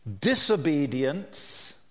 disobedience